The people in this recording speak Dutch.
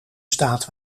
staat